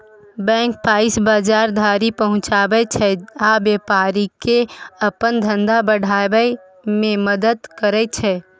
bank पाइकेँ बजार धरि पहुँचाबै छै आ बेपारीकेँ अपन धंधा बढ़ाबै मे मदद करय छै